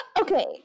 okay